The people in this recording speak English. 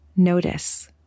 Notice